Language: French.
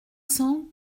cents